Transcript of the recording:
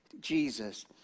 Jesus